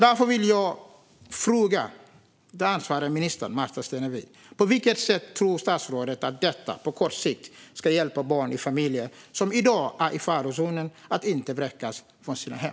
Därför vill jag fråga den ansvariga ministern, Märta Stenevi: På vilket sätt tror statsrådet att detta på kort sikt ska hjälpa barn i familjer som i dag är i farozonen, så att de inte vräks från sina hem?